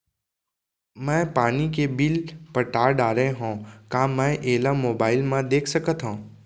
मैं पानी के बिल पटा डारे हव का मैं एला मोबाइल म देख सकथव?